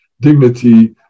dignity